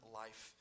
life